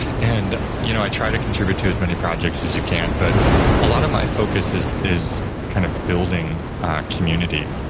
and you know i try to contribute to as many projects as you can, but a lot of my focus is is kind of building a community.